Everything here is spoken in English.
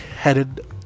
headed